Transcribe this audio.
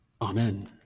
Amen